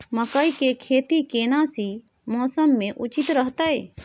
मकई के खेती केना सी मौसम मे उचित रहतय?